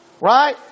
right